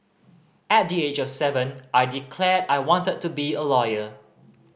at the age of seven I declared I wanted to be a lawyer